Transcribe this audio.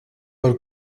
per